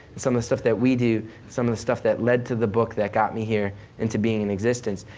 some of the stuff that we do, some of the stuff that led to the book that got me here and to being in existence.